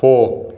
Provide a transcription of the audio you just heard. போ